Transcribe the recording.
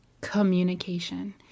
communication